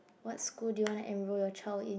what school do you wanna enroll your child in